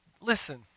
Listen